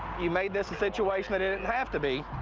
you made this a situation that it didn't have to be.